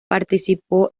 participó